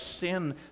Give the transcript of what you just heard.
sin